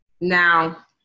now